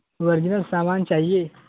original سامان چاہیے